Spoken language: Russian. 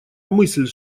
мысль